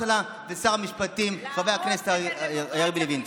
הממשלה ושר המשפטים חבר הכנסת יריב לוין.